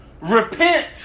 Repent